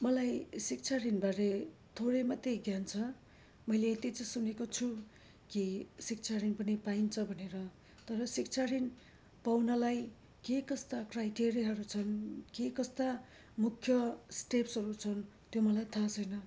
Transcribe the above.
मलाई शिक्षा ऋणबारे थोरै मात्रै ज्ञान छ मैले यति चाहिँ सुनेको छु कि शिक्षा ऋण पनि पाइन्छ भनेर तर शिक्षा ऋण पाउनलाई के कस्ता क्राइटेरियाहरू छन् के कस्ता मुख्य स्टेप्सहरू छन् त्यो मलाई थाहा छैन